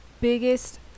biggest